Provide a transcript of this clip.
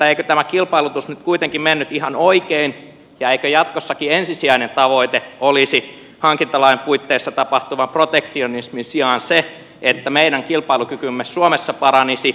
eikö tämä kilpailutus nyt kuitenkin mennyt ihan oikein ja eikö jatkossakin ensisijainen tavoite olisi hankintalain puitteissa tapahtuvan protektionismin sijaan se että meidän kilpailukykymme suomessa paranisi